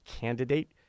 candidate